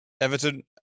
Everton